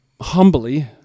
humbly